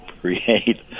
create